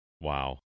Wow